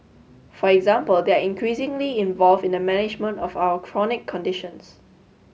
for example they are increasingly involved in the management of our chronic conditions